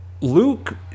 Luke